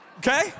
Okay